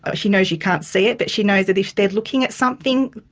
ah she knows you can't see it but she knows that if they are looking at something,